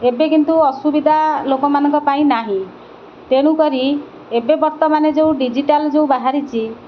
ଏବେ କିନ୍ତୁ ଅସୁବିଧା ଲୋକମାନଙ୍କ ପାଇଁ ନାହିଁ ତେଣୁକରି ଏବେ ବର୍ତ୍ତମାନେ ଯେଉଁ ଡିଜିଟାଲ ଯେଉଁ ବାହାରିଛି